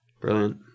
Brilliant